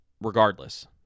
Regardless